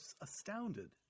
astounded